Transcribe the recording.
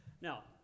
Now